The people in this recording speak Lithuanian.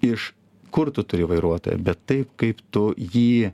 iš kur tu turi vairuotoją bet taip kaip tu jį